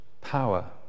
power